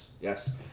Yes